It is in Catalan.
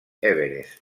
everest